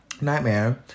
Nightmare